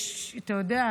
אתה יודע,